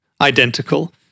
identical